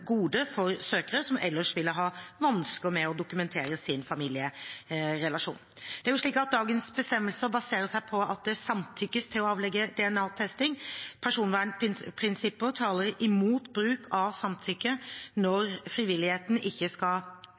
for søkere som ellers ville hatt vansker med å dokumentere sin familierelasjon. Det er slik at dagens bestemmelser baserer seg på at det samtykkes til å avlegge DNA-test. Personvernprinsipper taler imot bruk av samtykke når frivilligheten ikke